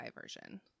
version